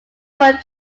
were